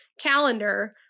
calendar